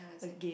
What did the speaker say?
again